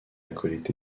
collecté